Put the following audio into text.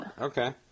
Okay